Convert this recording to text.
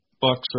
bucks